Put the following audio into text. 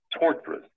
torturous